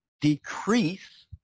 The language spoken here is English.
decrease